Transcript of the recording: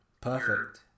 Perfect